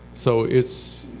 so it's